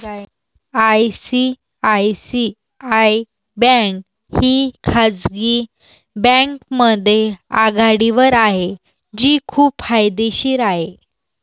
ICICI bank ही खाजगी बँकांमध्ये आघाडीवर आहे जी खूप फायदेशीर आहे